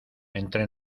entre